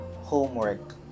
homework